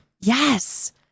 yes